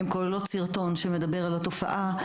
הן כוללות סרטון שמדבר על התופעה,